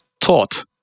taught